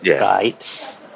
right